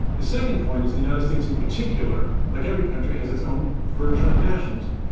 the second point is the united states in particular, like every country, has its own version of nationalism.